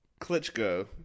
Klitschko